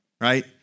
Right